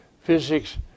physics